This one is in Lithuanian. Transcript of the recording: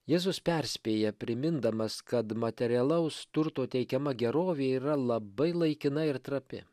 jėzus perspėja primindamas kad materialaus turto teikiama gerovė yra labai laikina ir trapi